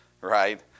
right